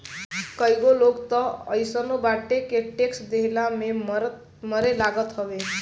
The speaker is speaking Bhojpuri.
कईगो लोग तअ अइसनो बाटे के टेक्स देहला में मरे लागत हवे